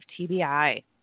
TBI